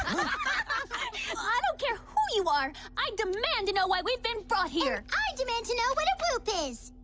i don't care who you are. i demand to know why we've been brought here. i demand to know when it will pays